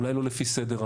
אולי לא לפי סדר העניין.